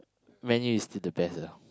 Man-U is still the best ah